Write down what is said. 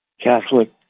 Catholic